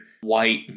white